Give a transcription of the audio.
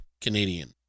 Canadian